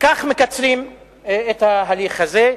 כך מקצרים את ההליך הזה,